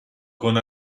con